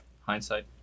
Hindsight